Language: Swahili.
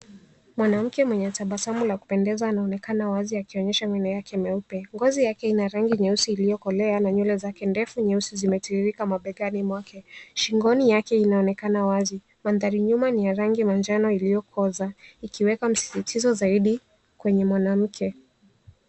Mwanamke mwenye tabasamu la kupendeza anaonekana wazi akionyesha meno yake meupe. Ngozi yake ina rangi nyeusi iliyokolea na nywele zake ndefu nyeusi zimetiririka mabegani mwake. Shingoni yake inaonekana wazi. Mandhari nyuma ni ya rangi manjano iliyokoza ikiweka msisitizo zaidi kwenye mwanamke.